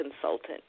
consultant